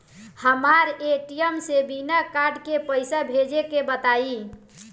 हमरा ए.टी.एम से बिना कार्ड के पईसा भेजे के बताई?